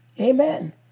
Amen